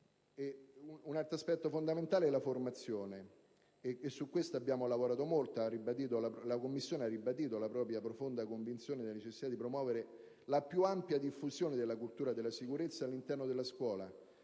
Un altro aspetto fondamentale è la formazione, su cui abbiamo lavorato molto. La Commissione ha ribadito la propria profonda convinzione della necessità di promuovere la più ampia diffusione della cultura della sicurezza all'interno della scuola,